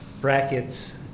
brackets